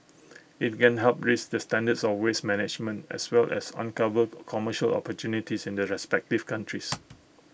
IT can help raise the standards of waste management as well as uncover commercial opportunities in the respective countries